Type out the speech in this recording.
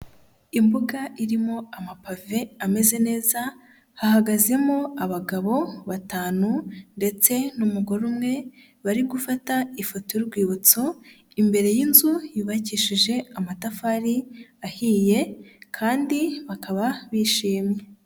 Imbuga irimo amapave ameze neza, hahagazemo abagabo batanu ndetse n'umugore umwe, bari gufata ifoto y'urwibutso, imbere y'inzu yubakishije amatafari ahiye, kandi bakaba bishimye.